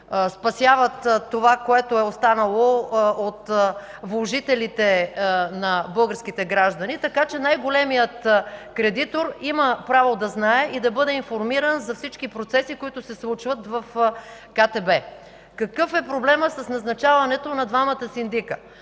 спасяват това, което е останало от влоговете на българските граждани, така че най-големият кредитор има право да знае и да бъде информиран за всички процеси, които се случват в КТБ. Какъв е проблемът с назначаването на двамата синдици?